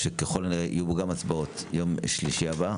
ככל הנראה ביום שלישי הבא,